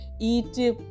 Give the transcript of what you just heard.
eat